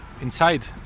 inside